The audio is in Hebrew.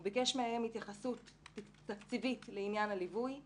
הוא ביקש מהם התייחסות תקציבית לעניין הליווי,